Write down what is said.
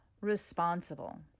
responsible